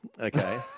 okay